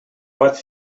pot